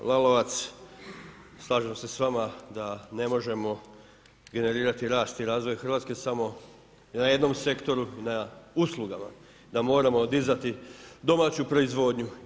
Kolega Lalovac, slažem se s vama da ne možemo generirati rast i razvoj Hrvatske samo na jednom sektoru i na uslugama da moramo dizati domaću proizvodnju.